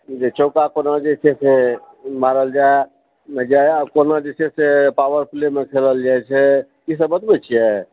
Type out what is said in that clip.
जे चौका कोना जे छै से मारल जाए आ कोना जे छै से पावर प्लेमे खेलल जाइ छै ई सभ बतबै छियै